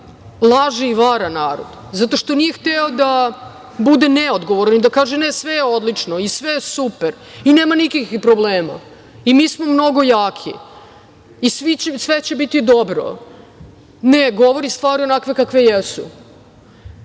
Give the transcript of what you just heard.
laže i vara narod, zato što nije hteo da bude neodgovoran i da kaže – ne, sve je odlično i sve je super i nema nikakvih problema i mi smo mnogo jaki i sve će biti dobro. Ne, govori stvari onakve kakve jesu,